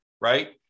Right